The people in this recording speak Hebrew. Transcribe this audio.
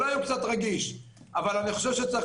אולי הוא קצת רגיש אבל אני חושב שצריך